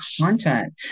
content